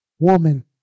woman